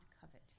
covet